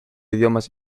idiomas